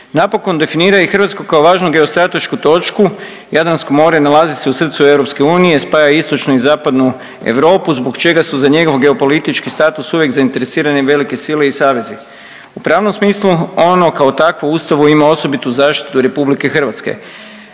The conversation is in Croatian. napokon definira i Hrvatsku kao važnu geostratešku točku, Jadransko more nalazi se u srcu EU, spaja istočnu i zapadnu Europu, zbog čega su za njegov geopolitički status uvijek zainteresirane velike sile i savezi. U pravnom smislu ono kao takvo u Ustavu ima osobitu zaštitu RH, ta